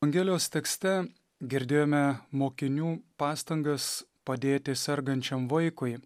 ungelios tekste girdėjome mokinių pastangas padėti sergančiam vaikui